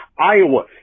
Iowa